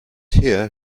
here